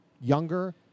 younger